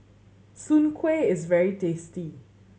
Soon Kueh is very tasty